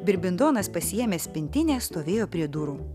birbindonas pasiėmęs pintinę stovėjo prie durų